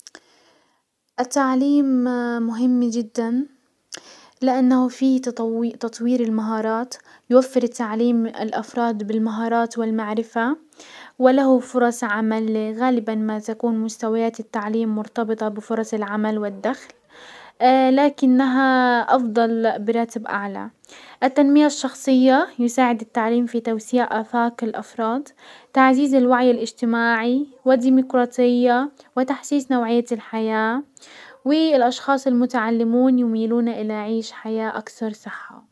التعليم مهم جدا لانه في تطوير المهارات يوفر التعليم الافراد بالمهارات والمعرفة وله فرص عمل، غالبا ما تكون مستويات التعليم مرتبطة بفرص العمل دخل لكنها افضل براتب اعلى. التنمية الشخصية يساعد التعليم في توسيع افاق الافراد، تعزيز الوعي الاجتماعي والديمقراطية وتحسيس نوعية الحياة، والاشخاص المتعلمون يميلون الى عيش الحياة اكثر صحة.